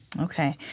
Okay